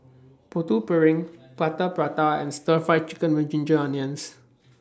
Putu Piring Plaster Prata and Stir Fried Chicken with Ginger Onions